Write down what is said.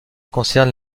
concerne